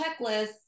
checklist